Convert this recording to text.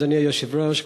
אדוני היושב-ראש,